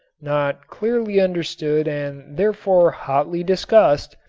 not clearly understood and therefore hotly discussed,